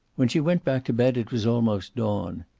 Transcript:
when she went back to bed it was almost dawn.